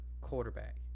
quarterback